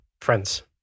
friends